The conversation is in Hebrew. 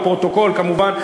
לפרוטוקול כמובן.